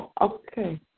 Okay